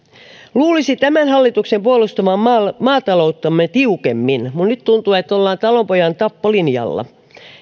luulisi tämän hallituksen puolustavan maatalouttamme tiukemmin mutta nyt tuntuu että ollaan talonpojan tappolinjalla